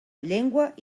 llengua